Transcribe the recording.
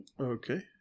okay